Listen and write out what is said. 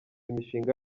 imishinga